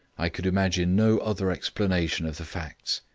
i could imagine no other explanation of the facts,